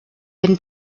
been